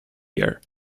year